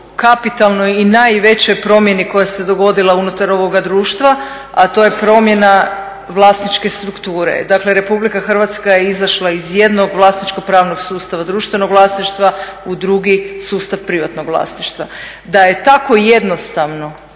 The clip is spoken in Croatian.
kapitalnoj i najvećoj promjeni koja se dogodila unutar ovoga društva, a to je promjena vlasničke strukture. Dakle, RH je izašla iz jednog vlasničko pravnog sustava, društvenog vlasništva u drugi sustav privatnog vlasništva. Da je tako jednostavno